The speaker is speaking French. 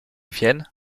vienne